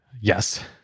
Yes